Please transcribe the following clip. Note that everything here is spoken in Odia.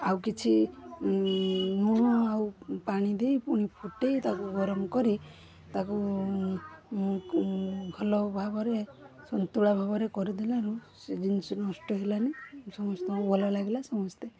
ଆଉ କିଛି ନୁହଁ ଆଉ ପାଣି ଦେଇ ପୁଣି ଫୁଟେଇ ତାକୁ ଗରମ କରି ତାକୁ ଭଲ ଭାବରେ ସନ୍ତୁଳା ଭାବରେ କରିଦେଲାରୁ ସେ ଜିନିଷ ନଷ୍ଟ ହେଲାନି ସମସ୍ତଙ୍କୁ ଭଲ ଲାଗିଲା ସମସ୍ତେ